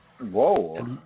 Whoa